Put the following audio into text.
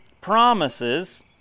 promises